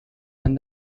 and